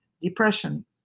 depression